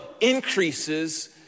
increases